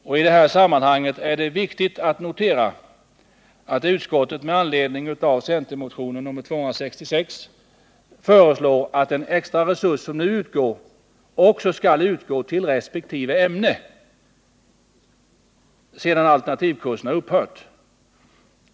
I detta sammanhang är det viktigt att notera att utskottet med anledning av centermotionen 266 föreslår att den extra resurs som nu utgår också skall utgå till resp. ämne sedan alternativkurserna upphört.